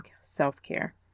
self-care